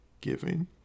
giving